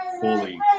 fully